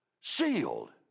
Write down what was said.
Sealed